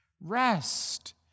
Rest